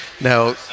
Now